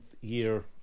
year